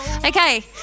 Okay